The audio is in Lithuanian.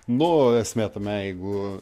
nu esmė tame jeigu